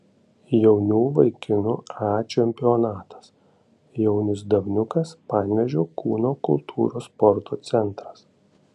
jaunių vaikinų a čempionatas jaunius davniukas panevėžio kūno kultūros sporto centras